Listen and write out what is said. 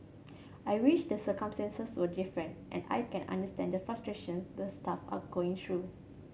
I wish the circumstances were different and I can understand the frustration the staff are going through